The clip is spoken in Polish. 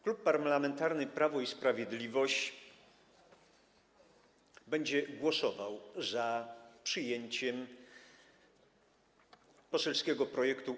Klub Parlamentarny Prawo i Sprawiedliwość będzie głosował za przyjęciem poselskiego projektu